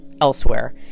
elsewhere